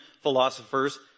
philosophers